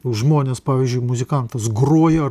žmonės pavyzdžiui muzikantas groja